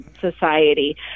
society